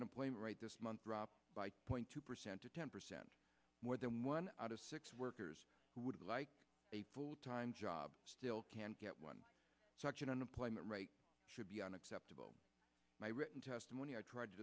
right this month drop by point two percent to ten percent more than one out of six workers who would like a full time job still can't get one such and unemployment rate should be an acceptable my written testimony i tried to